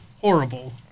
horrible